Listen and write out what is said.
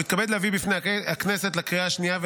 נעבור לנושא הבא על סדר-היום,